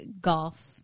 golf